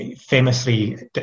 Famously